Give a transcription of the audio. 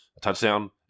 touchdown